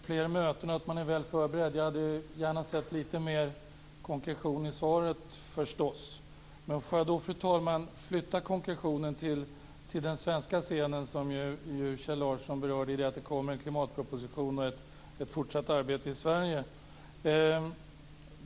Fru talman! Det är uppenbart att man tänker ha fler möten och att man är väl förberedd, men jag hade förstås gärna sett lite mer konklusion i svaret. Fru talman! Jag flyttar konklusionen till den svenska scenen som Kjell Larsson berörde i att det kommer en klimatproposition och ett fortsatt arbete i Sverige.